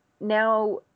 Now